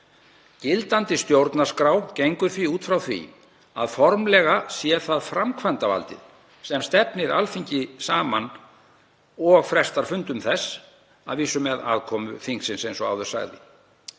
Gildandi stjórnarskrá gengur því út frá því að formlega sé það framkvæmdarvaldið sem stefnir Alþingi saman og frestar fundum þess, að vísu með aðkomu þingsins eins og áður sagði.